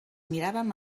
miràvem